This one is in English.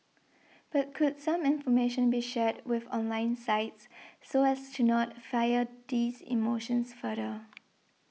but could some information be shared with online sites so as to not fire these emotions further